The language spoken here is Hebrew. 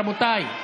רבותיי.